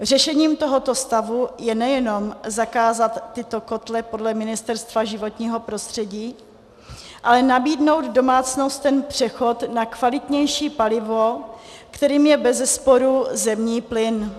Řešením tohoto stavu je nejenom zakázat tyto kotle podle Ministerstva životního prostředí, ale nabídnout domácnostem přechod na kvalitnější palivo, kterým je bezesporu zemní plyn.